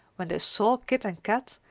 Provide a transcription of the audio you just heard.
when they saw kit and kat,